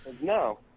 No